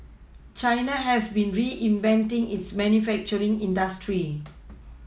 China has been reinventing its manufacturing industry